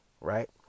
right